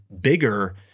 bigger